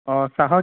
অঁ চাহৰ